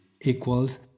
equals